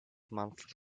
months